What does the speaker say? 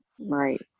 Right